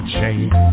change